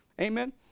Amen